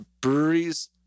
breweries